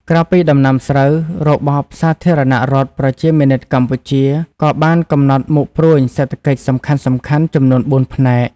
ក្រៅពីដំណាំស្រូវ របបសាធារណរដ្ឋប្រជាមានិតកម្ពុជា ក៏បានកំណត់មុខព្រួញសេដ្ឋកិច្ចសំខាន់ៗចំនួនបួនផ្នែក។